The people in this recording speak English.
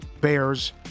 Bears